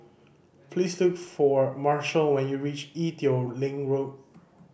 please look for Marshal when you reach Ee Teow Leng Road